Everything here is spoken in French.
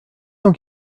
cent